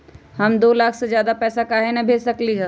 हम दो लाख से ज्यादा पैसा काहे न भेज सकली ह?